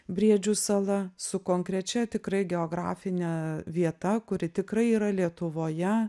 briedžių sala su konkrečia tikrai geografine vieta kuri tikrai yra lietuvoje